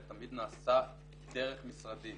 זה תמיד נעשה דרך משרדים.